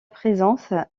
présence